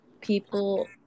people